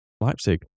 Leipzig